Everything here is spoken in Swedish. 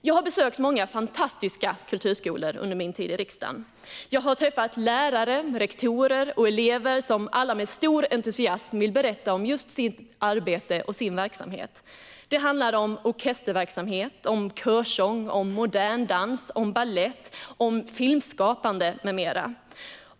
Jag har besökt många fantastiska kulturskolor under min tid i riksdagen. Jag har träffat lärare, rektorer och elever som alla med stor entusiasm vill berätta om sitt arbete och sin verksamhet. Det handlar om orkesterverksamhet, körsång, modern dans, balett, filmskapande med mera.